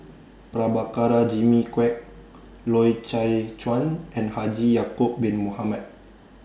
Prabhakara Jimmy Quek Loy Chye Chuan and Haji Ya'Acob Bin Mohamed